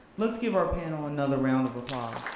let's give our panel another round of